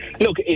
Look